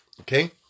Okay